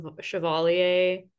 Chevalier